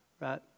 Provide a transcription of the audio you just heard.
right